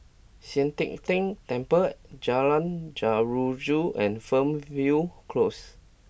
Sian Teck Tng Temple Jalan Jeruju and Fernhill Close